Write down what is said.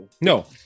No